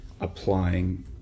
applying